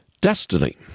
Destiny